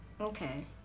Okay